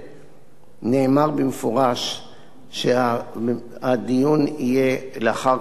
נאמר במפורש שהדיון יהיה לאחר קבלת חוות